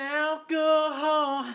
alcohol